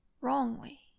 wrongly